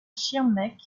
schirmeck